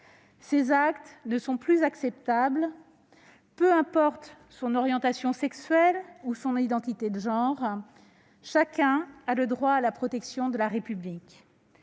Ces actes ne sont plus acceptables. Peu importe son orientation sexuelle ou son identité de genre, chacun a le droit à la protection de la République.